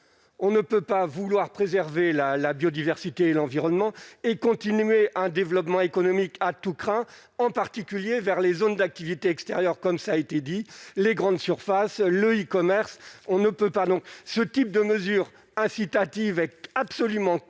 on ne peut pas vouloir préserver la la biodiversité et l'environnement et continuer un développement économique à tout crin, en particulier vers les zones d'activités extérieures, comme ça a été dit, les grandes surfaces, le E-commerce, on ne peut pas ce type de mesures incitatives avec absolument contre-